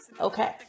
Okay